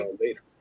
later